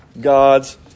God's